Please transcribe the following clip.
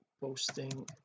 posting